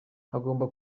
hagomba